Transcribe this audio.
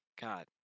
God